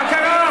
מה קרה?